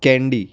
candy